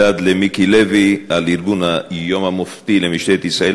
הידד למיקי לוי על ארגון היום המופתי למשטרת ישראל.